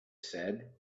said